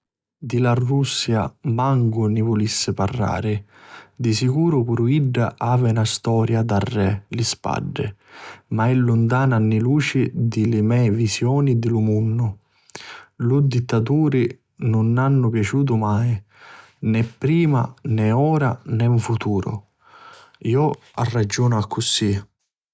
Di la Russia mancu ni vulissi parrari. Di sicuru puru idda havi na storia darrè li spaddi ma è luntana anni luci di li mei visioni di lu munnu. Li dittaturi nun m'hannu piaciutu mai, nè prima nè ora e nè 'n futuru. Iu ragiuni d'accusì.